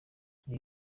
ibi